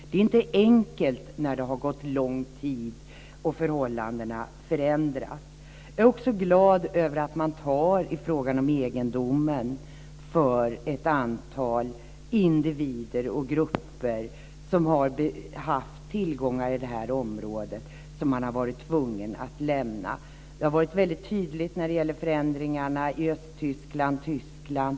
Det är inte enkelt när det har gått lång tid och förhållandena förändras. Jag är också glad över att man tar i frågan om egendomen för ett antal individer och grupper som har haft tillgångar i detta område och som de har varit tvungna att lämna. Det har varit väldigt tydligt när det gäller förändringarna i Östtyskland och Tyskland.